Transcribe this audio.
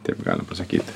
taip galim pasakyti